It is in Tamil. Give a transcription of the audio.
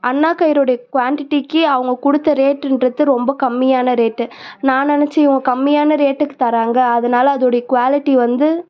அண்ணாகயிறோடைய குவான்டிட்டிக்கு அவங்க கொடுத்த ரேட்டுன்றது ரொம்ப கம்மியான ரேட்டு நான் நினச்சேன் இவங்க கம்மியான ரோட்டுக்கு தர்றாங்க அதனால அதோட குவாலிட்டி வந்து